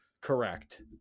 correct